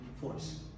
force